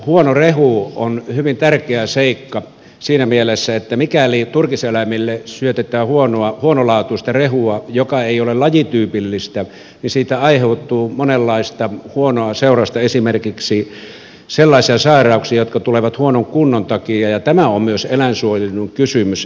huono rehu on hyvin tärkeä seikka siinä mielessä että mikäli turkiseläimille syötetään huonolaatuista rehua joka ei ole lajityypillistä niin siitä aiheutuu monenlaista huonoa seurausta esimerkiksi sellaisia sairauksia jotka tulevat huonon kunnon takia ja tämä on myös eläinsuojelukysymys